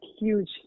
huge